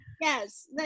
yes